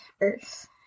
Earth